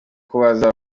kubaza